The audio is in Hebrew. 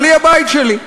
אבל היא הבית שלי,